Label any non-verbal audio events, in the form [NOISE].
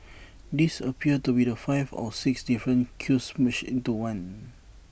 [NOISE] there appears to be five or six different queues merged into one